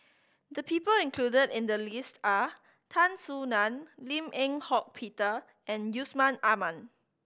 the people included in the list are Tan Soo Nan Lim Eng Hock Peter and Yusman Aman